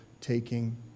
taking